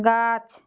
গাছ